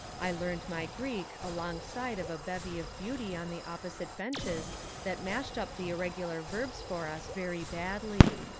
i learned my greek alongside of a bevy of beauty on the opposite benches that mashed up the irregular verbs for us very badly.